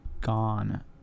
gone